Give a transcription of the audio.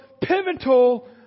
pivotal